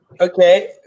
Okay